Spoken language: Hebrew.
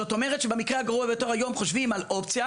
זאת אומרת שבמקרה הגרוע ביותר היום חושבים על אופציה